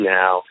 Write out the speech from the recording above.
now